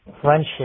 Friendship